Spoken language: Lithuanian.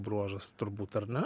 bruožas turbūt ar ne